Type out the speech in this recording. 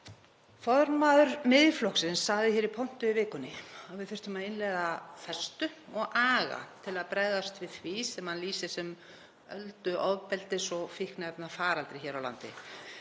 Formaður Miðflokksins sagði hér í pontu í vikunni að við þyrftum að innleiða festu og aga til að bregðast við því sem hann lýsir sem öldu ofbeldis og fíkniefnafaraldri hér á landi.